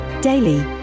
Daily